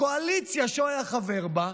הקואליציה שהוא היה חבר בה,